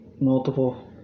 Multiple